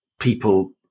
people